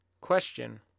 Question